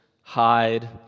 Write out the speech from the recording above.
hide